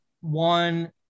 One